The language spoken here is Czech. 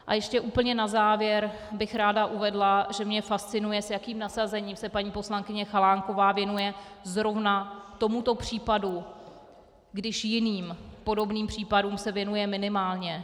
A ještě úplně na závěr bych ráda uvedla, že mě fascinuje, s jakým nasazením se paní poslankyně Chalánková věnuje zrovna tomuto případu, když jiným podobným případům se věnuje minimálně.